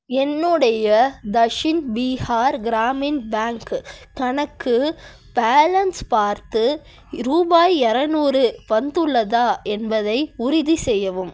என்னுடைய தஷின் பீகார் கிராமின் பேங்க் கணக்கு பேலன்ஸ் பார்த்து ரூபாய் இரநூறு வந்துள்ளதா என்பதை உறுதிசெய்யவும்